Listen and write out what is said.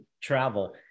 travel